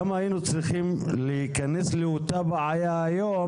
למה היינו צריכים להיכנס לאותה בעיה היום